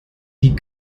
die